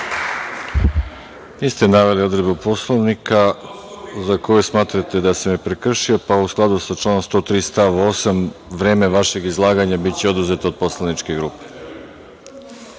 Niste naveli odredbu Poslovnika za koju smatrate da sam je prekršio, pa u skladu sa članom 133. stav 8. vreme vašeg izlaganja biće oduzeto od poslaničke grupe. Reč